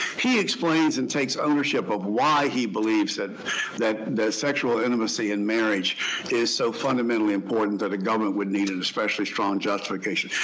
he explains and takes ownership of why he believes that that sexual intimacy in marriage is so fundamentally important that a government would need an especially strong justification.